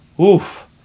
oof